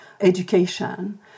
education